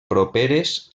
properes